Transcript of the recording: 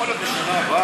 זה יכול להיות מהשנה הבאה,